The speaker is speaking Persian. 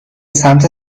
سمت